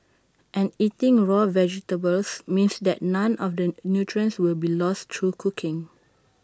and eating raw vegetables means that none of the nutrients will be lost through cooking